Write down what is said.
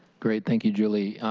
great, thank you, julie.